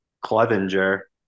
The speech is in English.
Clevenger